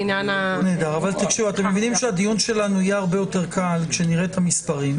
אתם מבינים שהדיון שלנו יהיה הרבה יותר קל כשנראה את המספרים.